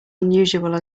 unusual